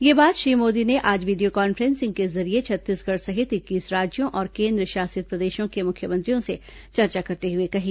यह बात श्री मोदी ने आज वीडियो कांफ्रेंसिंग के जरिए छत्तीसगढ़ सहित इक्कीस राज्यों और केंद्र शासित प्रदेशों के मुख्यमंत्रियों से चर्चा करते हुए कही